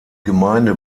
gemeinde